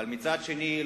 אבל מצד שני,